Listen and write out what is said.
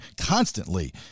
constantly